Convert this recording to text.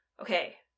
Okay